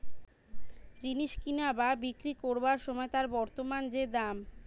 জিনিস কিনা বা বিক্রি কোরবার সময় তার বর্তমান যে দাম